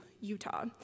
Utah